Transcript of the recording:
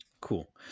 Cool